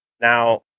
Now